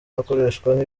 akoreshwa